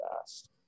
fast